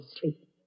sleep